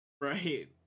Right